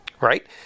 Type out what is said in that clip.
right